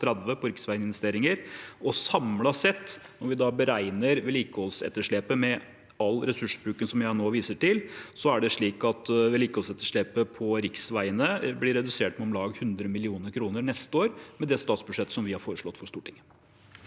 på riksvei-investeringer. Samlet sett når vi beregner vedlikeholdsetterslepet, med all ressursbruken som jeg nå viste til, blir vedlikeholdsetterslepet på riksveiene redusert med om lag 100 mill. kr neste år med det statsbudsjettet som vi har foreslått for Stortinget.